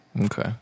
Okay